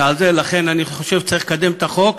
לכן אני חושב שצריך לקדם את החוק,